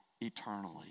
eternally